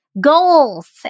goals